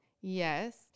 Yes